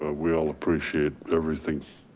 ah we all appreciate everything.